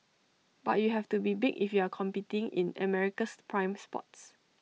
but you have to be big if you're competing in America's prime spots